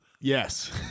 Yes